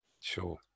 Sure